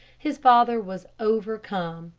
his father was overcome.